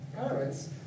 parents